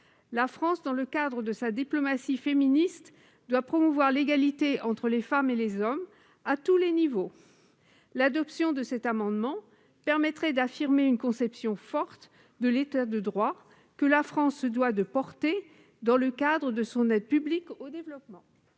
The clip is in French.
Le France, dans le cadre de sa diplomatie féministe, doit promouvoir l'égalité entre les femmes et les hommes à tous les échelons. L'adoption de cet amendement permettrait d'affirmer la conception forte de l'État de droit que la France se doit de porter dans le cadre de son aide publique au développement